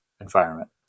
environment